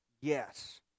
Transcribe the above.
Yes